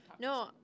No